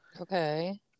Okay